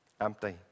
Empty